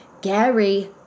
Gary